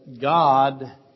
God